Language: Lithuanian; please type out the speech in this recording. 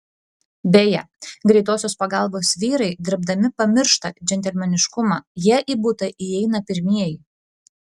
beje greitosios pagalbos vyrai dirbdami pamiršta džentelmeniškumą jie į butą įeina pirmieji